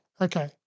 okay